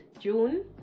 June